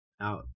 out